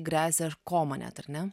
gresia ir koma net ar ne